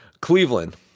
Cleveland